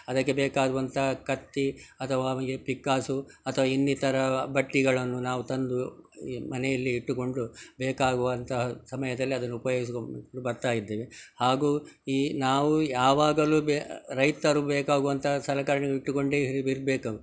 ಅದಕ್ಕೆ ಬೇಕಾಗುವಂಥ ಕತ್ತಿ ಅಥವಾ ಈ ಪಿಕ್ಕಾಸು ಅಥವಾ ಇನ್ನಿತರ ಬಟ್ಟಿಗಳನ್ನು ನಾವು ತಂದು ಈ ಮನೆಯಲ್ಲಿ ಇಟ್ಟುಕೊಂಡು ಬೇಕಾಗುವಂತಹ ಸಮಯದಲ್ಲಿ ಅದನ್ನು ಉಪಯೋಗಿಸಿಕೊಂಡು ಬರ್ತಾ ಇದ್ದೇವೆ ಹಾಗೂ ಈ ನಾವು ಯಾವಾಗಲೂ ಬೆ ರೈತರು ಬೇಕಾಗುವಂತಹ ಸಲಕರಣೆ ಇಟ್ಟುಕೊಂಡೇ ಇರ್ಬೇಕು